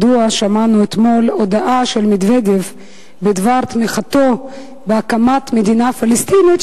מדוע שמענו אתמול הודעה ממדוודב בדבר תמיכתו בהקמת מדינה פלסטינית?